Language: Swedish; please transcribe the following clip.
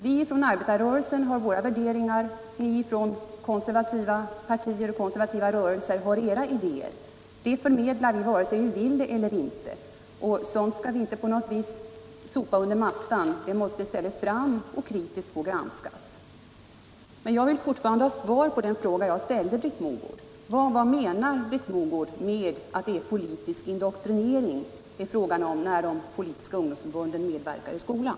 Vi från arbetarrörelsen har våra värderingar, ni från konservativa partier och rörelser har era idéer. Dem förmedlar vi vare sig vi vill eller inte. Det skall vi inte på något sätt sopa under mattan — det måste fram, diskuteras och kritiskt granskas. Jag vill fortfarande ha svar på den fråga jag ställde, Britt Mogård. Vad menar Britt Mogård med att det är fråga om politisk indoktrinering när de politiska ungdomsförbunden medverkar i skolan?